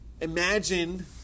Imagine